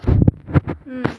um